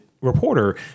reporter